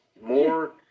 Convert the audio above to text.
More